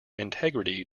integrity